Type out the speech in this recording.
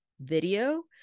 Video